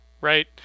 Right